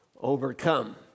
overcome